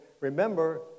remember